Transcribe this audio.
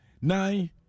nine